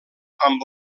amb